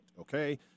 okay